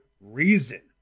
reason